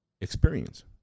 experience